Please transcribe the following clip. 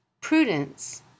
prudence